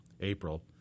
April